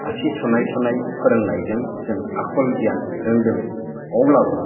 आसि थुनाय थुनाय फोरोंनायजों जों आखल गियान रोंदों अब्लाबो